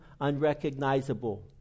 unrecognizable